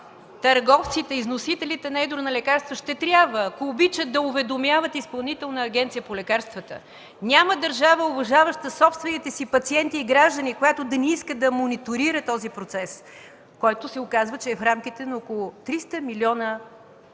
търговците и износителите на едро на лекарства ще трябва, ако обичат, да уведомяват Изпълнителната агенция по лекарствата. Няма държава, уважаваща собствените си пациенти и граждани, която да не иска да мониторира този процес, който се оказва, че е в рамките на около 300 милиона